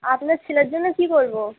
আপনার ছেলের জন্য কী করবো